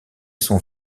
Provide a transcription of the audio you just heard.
son